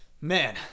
Man